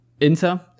Inter